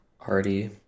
party